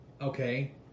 okay